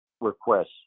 requests